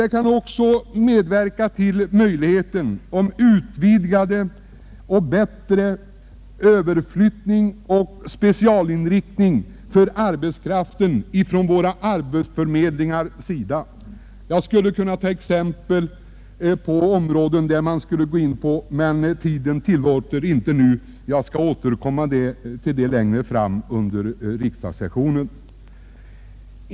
Det kanske också kan betyda utvidgad möjlighet till överflyttning och specialinriktning av arbetskraften ifrån våra arbetsförmedlingars sida. Jag skulle kunna ge exempel på områden som man skulle kunna gå in på, men tiden tillåter inte det. Jag återkommer härtill längre fram under riksdagssessionen.